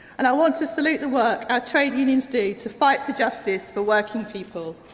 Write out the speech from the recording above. and i want to salute the work our trade unions do to fight for justice for working people.